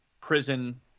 prison